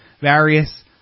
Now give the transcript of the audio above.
various